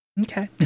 okay